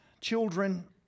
Children